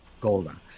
golden